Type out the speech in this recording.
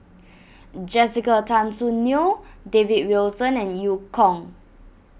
Jessica Tan Soon Neo David Wilson and Eu Kong